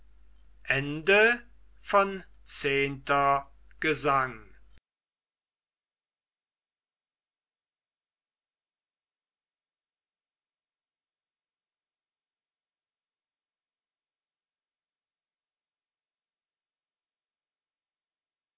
gesang zehnter gesang